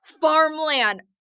farmland